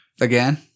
Again